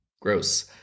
Gross